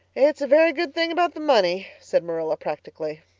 it's a very good thing about the money, said marilla practically.